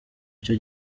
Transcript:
icyo